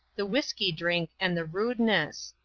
the wisky drink and the rudeness.